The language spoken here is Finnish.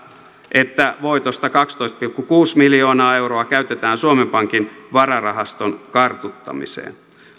että voitosta kaksitoista pilkku kuusi miljoonaa euroa käytetään suomen pankin vararahaston kartuttamiseen